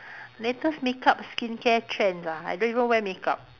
latest makeup skincare trends ah I don't even wear makeup